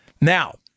Now